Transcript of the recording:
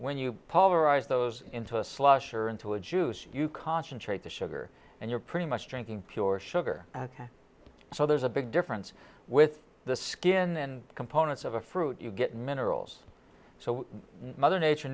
rise those into a slush or into a juice you concentrate the sugar and you're pretty much drinking pure sugar ok so there's a big difference with the skin and components of a fruit you get minerals so mother nature